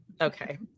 okay